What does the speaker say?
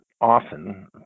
often